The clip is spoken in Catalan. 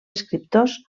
escriptors